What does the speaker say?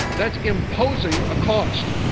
that's imposing a cost.